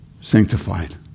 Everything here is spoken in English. sanctified